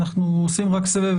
אנחנו עושים רק סבב,